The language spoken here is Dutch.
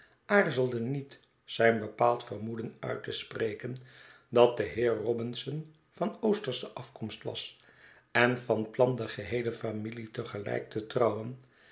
aarzelde niet zijn bepaald vermoeden uit te spreken dat de heer robinson van oostersche afkomst was en van plan de geheele familie te gelijk te trouwen